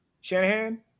Shanahan